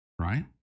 Right